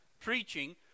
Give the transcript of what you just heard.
preaching